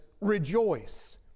Rejoice